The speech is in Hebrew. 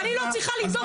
מה אתה רוצה,